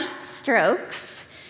strokes